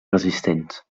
resistents